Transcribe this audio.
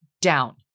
down